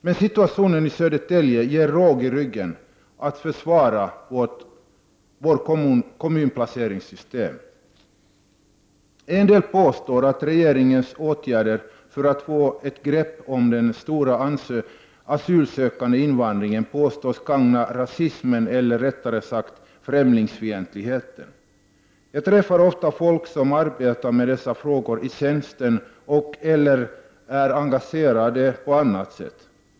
Men situationen i Södertälje ger råg i ryggen åt dem som vill försvara vårt kommunplaceringssystem. Somliga påstår att regeringens åtgärder för att få ett grepp om den stora gruppen asylsökande invandrare gagnar rasismen eller, rättare sagt, främlingsfientligheten. Jag träffar ofta folk som arbetar med dessa frågor i tjänsten och/eller är engagerade på annat sätt.